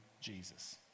Jesus